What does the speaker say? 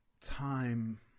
time